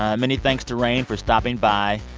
ah many thanks to rainn for stopping by.